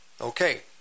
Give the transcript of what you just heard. Okay